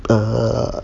err